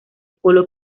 polo